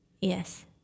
Yes